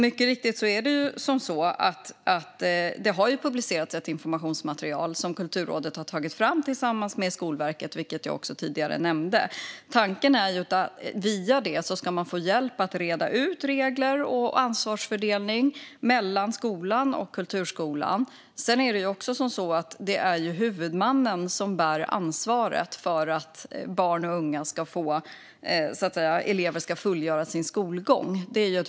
Mycket riktigt har det publicerats ett informationsmaterial som Kulturrådet har tagit fram tillsammans med Skolverket, vilket jag också tidigare nämnde. Tanken är att man via det ska få hjälp att reda ut regler och ansvarsfördelning mellan skolan och kulturskolan. Det är också huvudmannen som bär ansvaret för att elever ska fullgöra sin skolgång.